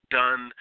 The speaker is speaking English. done